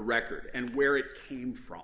record and where it came from